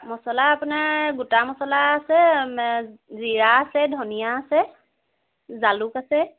মছলা আপোনাৰ গোটা মছলা আছে জিৰা আছে ধনিয়া আছে জালুক আছে